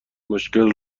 مشکل